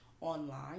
online